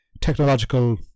technological